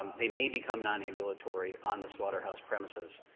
they may become nonambulatory on the slaughterhouse premises.